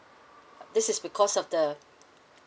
this is because of the